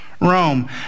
Rome